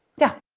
yeah.